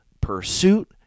pursuit